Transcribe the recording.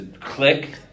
click